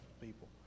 people